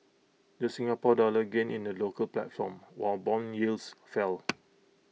the Singapore dollar gained in the local platform while Bond yields fell